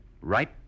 right